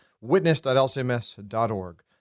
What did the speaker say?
witness.lcms.org